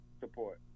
support